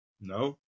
No